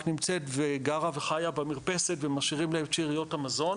נמצאת וגרה וחיה במרפסת ומשאירים להם את שאריות המזון,